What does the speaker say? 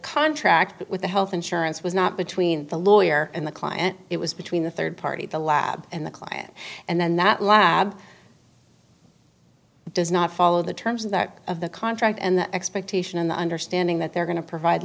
contract with the health insurance was not between the lawyer and the client it was between the third party the lab and the client and that lab does not follow the terms of that of the contract and the expectation and the understanding that they're going to provide